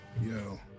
yo